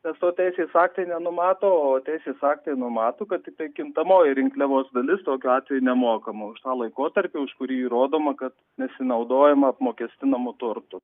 nes to teisės aktai nenumato o teisės aktai numato kad tiktai kintamoji rinkliavos dalis tokiu atveju nemokama už laikotarpį už kurį įrodoma kad nesinaudojama apmokestinamu turtu